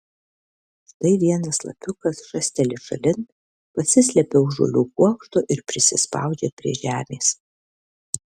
štai vienas lapiukas šasteli šalin pasislepia už žolių kuokšto ir prisispaudžia prie žemės